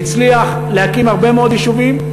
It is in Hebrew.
והצליח להקים הרבה מאוד יישובים.